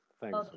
thanks